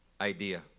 idea